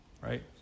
right